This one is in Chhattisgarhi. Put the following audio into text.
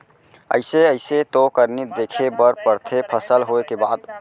अइसे अइसे तो करनी देखे बर परथे फसल होय के बाद